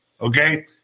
okay